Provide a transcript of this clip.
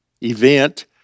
event